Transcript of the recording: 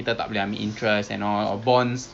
um maybe there's one thing we can consider lah